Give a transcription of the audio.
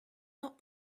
not